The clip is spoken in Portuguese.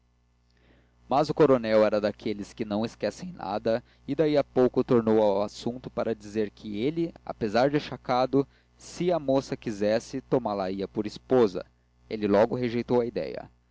mas o coronel era daqueles que não esquecem nada e daí a pouco tornou ao assunto para dizer que ele apesar de achacado se a moça quisesse tomá la ia por esposa e logo rejeitou a idéia